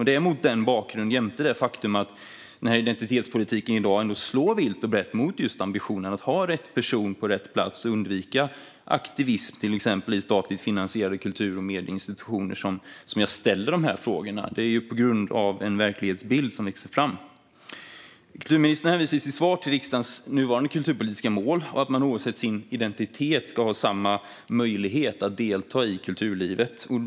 Det är mot denna bakgrund, jämte det faktum att identitetspolitiken slår vitt och brett mot ambitionen att ha rätt person på rätt plats och undvika aktivism till exempel i statligt finansierade kultur och medieinstitutioner, som jag ställer dessa frågor. Det är på grund av en verklighetsbild som växer fram. Kulturministern hänvisar i sitt svar till riksdagens nuvarande kulturpolitiska mål och till att man oavsett sin identitet ska ha samma möjlighet att delta i kulturlivet.